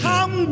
Come